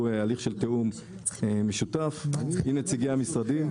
הליך של תיאום משותף עם נציגי המשרדים.